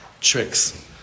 Tricks